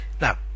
Now